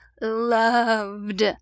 loved